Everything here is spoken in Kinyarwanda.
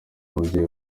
n’umubyeyi